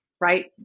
Right